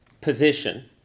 position